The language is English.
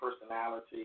personality